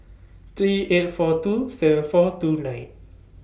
three eight four two seven four two nine